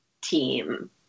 team